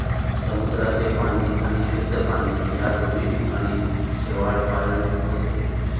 समुद्राचे पाणी आणि शुद्ध पाणी या दोन्ही ठिकाणी शेवाळपालन होते